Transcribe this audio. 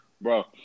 Bro